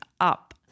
up